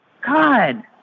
God